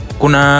kuna